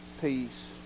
peace